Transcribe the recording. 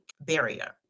barrier